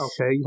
Okay